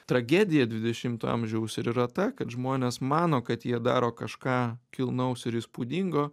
tragedija dvidešimto amžiaus ir yra ta kad žmonės mano kad jie daro kažką kilnaus ir įspūdingo